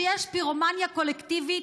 שיש פירומניה קולקטיבית,